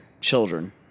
Children